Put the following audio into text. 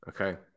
Okay